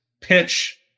pitch